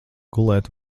gulēt